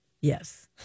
yes